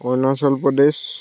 Arunachal Pradesh